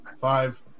Five